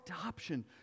adoption